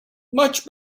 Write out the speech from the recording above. much